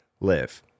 live